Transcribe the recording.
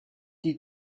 die